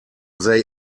they